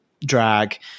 drag